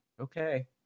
okay